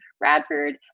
Radford